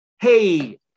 hey